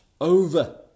over